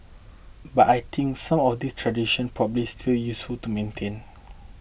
but I think some of these tradition probably still useful to maintain